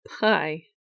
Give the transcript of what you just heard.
Pie